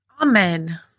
Amen